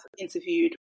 interviewed